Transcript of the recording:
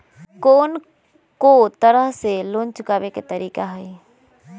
कोन को तरह से लोन चुकावे के तरीका हई?